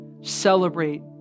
celebrate